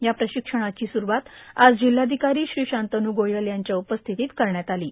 या प्राशक्षणाची सुरुवात आज जिल्हाधिकारां श्री शांतन् गोयल यांच्या उपस्थितीत करण्यात आलो